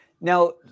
Now